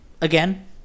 again